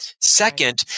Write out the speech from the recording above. Second